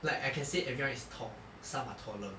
like I can say everyone is tall some are taller